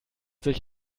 sich